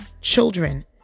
children